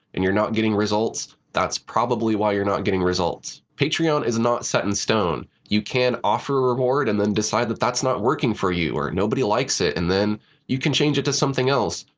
and you're not getting results, that's probably why you're not getting results. patreon is not set in stone. you can offer reward and then decide that's not working for you, or nobody likes it, and then you can change it to something else.